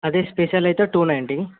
అదే స్పెషల్ అయితే two ninety